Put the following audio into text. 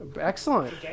Excellent